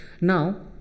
now